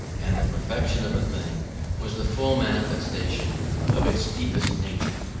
and the perfection of a thing was the full manifestation of its deepest nature.